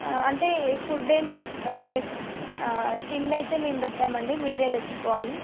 అంటే ఈ ఫుడ్ ఏం మీరు అంటే తిండయితే మేము పెట్టమండి మీరే తెచ్చుకోవాలి